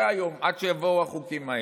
עד שיבואו החוקים האלה.